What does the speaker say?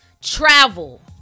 travel